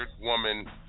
woman